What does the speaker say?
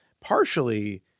partially –